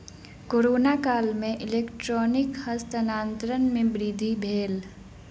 corona काल में electronic हस्तांतरण में वृद्धि भेल